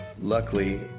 Luckily